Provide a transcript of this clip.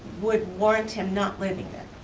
would warrant him not living there?